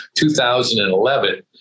2011